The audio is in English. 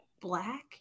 black